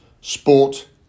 sport